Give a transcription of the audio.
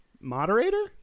moderator